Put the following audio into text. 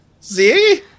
See